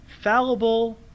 fallible